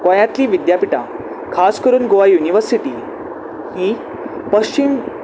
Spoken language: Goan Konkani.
गोंयांतली विद्यापिठां खास करून गोंवा युनिवर्सिटी ही पश्चिम